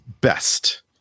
best